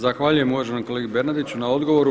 Zahvaljujem uvaženom kolegi Bernardiću na odgovoru.